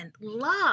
love